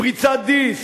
פריצת דיסק,